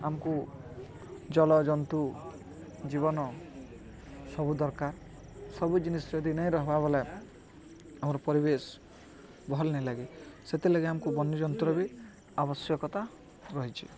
ଆମକୁ ଜଳଜନ୍ତୁ ଜୀବନ ସବୁ ଦରକାର ସବୁ ଜିନିଷ୍ ଯଦି ନେଇଁ ରହେବା ବଲେ ଆମର ପରିବେଶ୍ ଭଲ୍ ନାଇଁ ଲାଗେ ସେଥିଲାଗି ଆମକୁ ବନ୍ୟଯନ୍ତୁ ବି ଆବଶ୍ୟକତା ରହିଛି